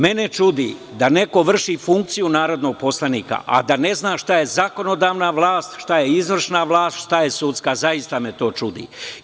Mene čudi da neko vrši funkciju narodnog poslanika, a da ne zna šta je zakonodavna vlast, šta je izvršna vlast, šta je sudska, zaista me to čudi.